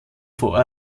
vor